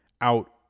out